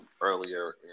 earlier